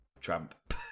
Tramp